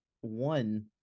one